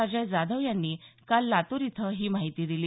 अजय जाधव यांनी काल लातूर इथं ही माहिती दिली